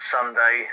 Sunday